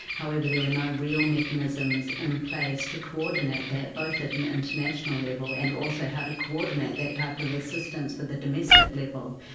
however, there were no real mechanisms in place to coordinate that, both at an international level, and also how to coordinate that type of assistance for the domestic level.